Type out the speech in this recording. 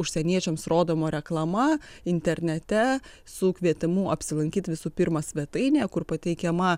užsieniečiams rodoma reklama internete su kvietimu apsilankyt visų pirma svetainėje kur pateikiama